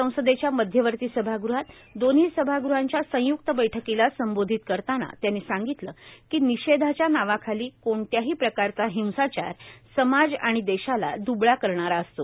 संसदेच्या मध्यवर्ती सभाग़हात दोन्ही सभाग़हांच्या संय्क्त बैठकीला संबोधित करताना त्यांनी सांगितलं की निषेधाच्या नावाखाली कोणत्याही प्रकारचा हिंसाचार समाज आणि देशाला द्बळा करणारा असतो